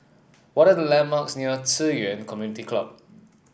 what are the landmarks near Ci Yuan Community Club